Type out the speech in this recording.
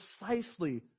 precisely